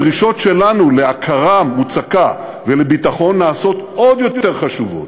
הדרישות שלנו להכרה מוצקה ולביטחון נעשות עוד יותר חשובות.